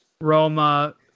Roma